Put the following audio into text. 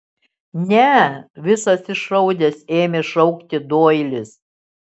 ne visas išraudęs ėmė šaukti doilis